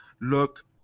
look